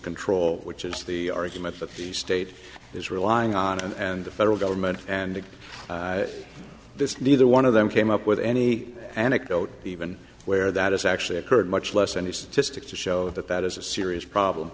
control which is the argument that the state is relying on and the federal government and this neither one of them came up with any anecdotes even where that has actually occurred much less any statistics to show that that is a serious problem